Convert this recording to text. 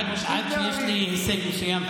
עד שיש לי הישג מסוים.